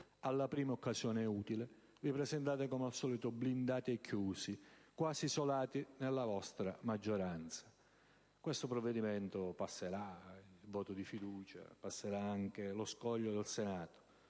alla prima occasione utile, vi presentate come al solito blindati e chiusi, quasi isolati nella vostra maggioranza. Questo provvedimento passerà il voto di fiducia e passerà anche lo scoglio del Senato: